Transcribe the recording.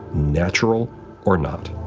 natural or not.